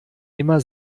immer